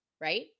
Right